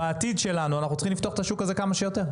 בעתיד אנחנו צריכים לפתוח את השוק הזה כמה שיותר,